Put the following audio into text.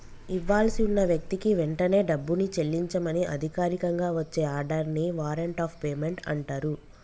ఇవ్వాల్సి ఉన్న వ్యక్తికి వెంటనే డబ్బుని చెల్లించమని అధికారికంగా వచ్చే ఆర్డర్ ని వారెంట్ ఆఫ్ పేమెంట్ అంటరు